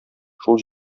шул